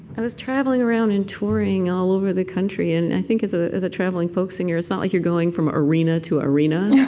i was traveling around and touring all over the country, and i think as ah a traveling folk singer, it's not like you're going from arena to arena